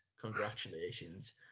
Congratulations